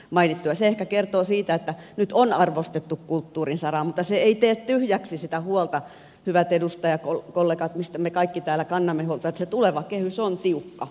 se ehkä kertoo siitä että nyt on arvostettu kulttuurin sarkaa mutta se ei tee tyhjäksi sitä huolta hyvät edustajakollegat mistä me kaikki täällä kannamme huolta että se tuleva kehys on tiukka